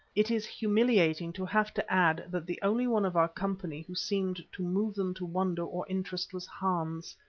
it is humiliating to have to add that the only one of our company who seemed to move them to wonder or interest was hans.